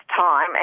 time